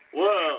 Whoa